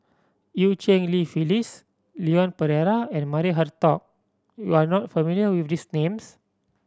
Eu Cheng Li Phyllis Leon Perera and Maria Hertogh you are not familiar with these names